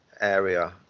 area